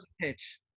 pitch